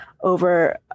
over